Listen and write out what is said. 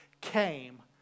came